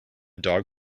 dog